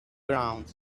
ground